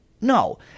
No